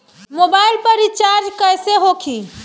Mobile पर recharge कैसे होखी?